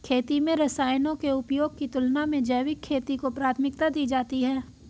खेती में रसायनों के उपयोग की तुलना में जैविक खेती को प्राथमिकता दी जाती है